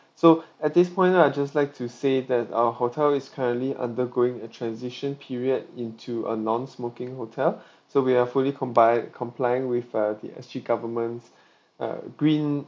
so at this point I'd just like to say that our hotel is currently undergoing a transition period into a non-smoking hotel so we are fully comby~ complying with uh the S_G government's uh green